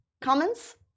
comments